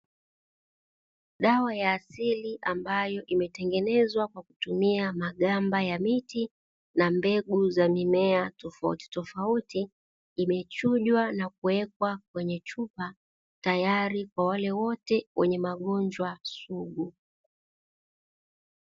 Dawa ya asili ambayo imetengenezwa kwa kutumia magamba ya miti na mbegu za mimea tofautitofauti, imechujwa na kuweka kwenye chupa tayari kwa wale wote wenye magonjwa sugu.